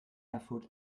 erfurt